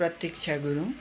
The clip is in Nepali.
प्रतीक्षा गुरुङ